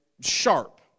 Sharp